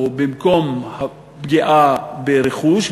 ובמקום הפגיעה ברכוש,